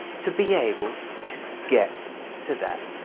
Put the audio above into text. to be able to get to that